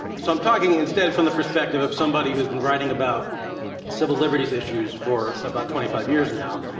so i'm talking instead from the perspective of somebody who has been writing about civil liberties issues for about twenty five years now.